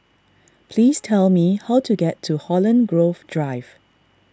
please tell me how to get to Holland Grove Drive